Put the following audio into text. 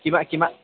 কিমান কিমান